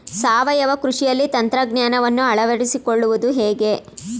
ಸಾವಯವ ಕೃಷಿಯಲ್ಲಿ ತಂತ್ರಜ್ಞಾನವನ್ನು ಅಳವಡಿಸಿಕೊಳ್ಳುವುದು ಹೇಗೆ?